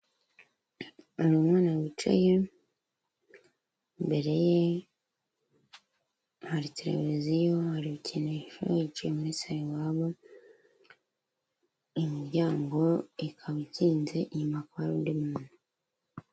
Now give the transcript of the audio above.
Uyu mwana wicaye, imbere ye hari tereviziyo, hari ibikinisho, yicaye muri saro iwabo, imiryango ikaba ikinze inyuma hakaba hari undi muntu.